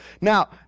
now